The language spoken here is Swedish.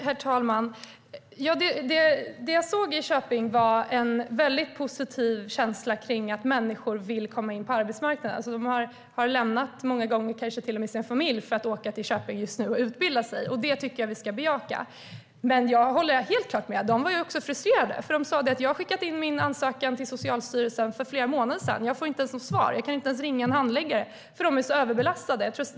Herr talman! Det jag upplevde i Köping var en positiv känsla av att människor vill komma in på arbetsmarknaden. Många gånger har de lämnat sina familjer för att åka till Köping just nu och utbilda sig. Det tycker jag att vi ska bejaka. Men jag håller helt klart med om att de också var frustrerade. Någon sa: Jag skickade in min ansökan till Socialstyrelsen för flera månader sedan. Jag får inte ens något svar. Jag kan inte ens ringa en handläggare eftersom de är så överbelastade.